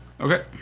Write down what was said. Okay